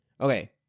Okay